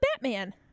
Batman